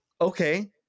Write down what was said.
okay